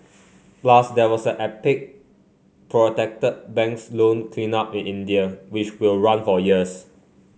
plus there was a epic protected banks loan cleanup in India which will run for years